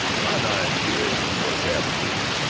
fine idea you must have of me!